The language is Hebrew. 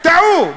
טעו,